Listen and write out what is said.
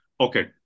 Okay